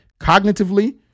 Cognitively